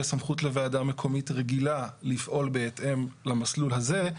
סמכות לוועדה מקומית רגילה לפעול בהתאם למסלול הזה.